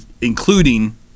including